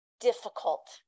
difficult